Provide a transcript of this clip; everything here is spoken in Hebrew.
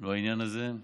המון בעניין הזה.